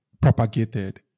propagated